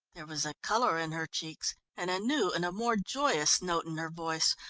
there was a colour in her cheeks, and a new and a more joyous note in her voice,